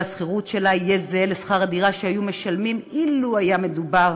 השכירות שלה יהיה זהה לשכר הדירה שהיו משלמים אילו היה מדובר